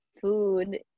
food